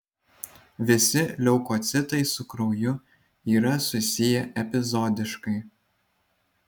visi leukocitai su krauju yra susiję epizodiškai